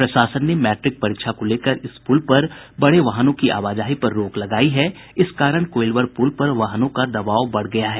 प्रशासन ने मैट्रिक परीक्षा को लेकर इस पुल पर बड़े वाहनों की आवाजाही पर रोक लगायी है इस कारण कोईलवर पुल पर वाहनों का दबाव बढ़ गया है